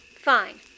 Fine